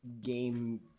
game